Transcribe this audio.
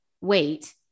wait